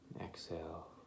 Exhale